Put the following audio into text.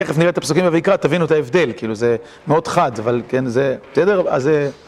תכף נראה את הפסוקים, אבל בעיקר תבינו את ההבדל, כאילו זה מאוד חד, אבל כן, זה... בסדר? אז...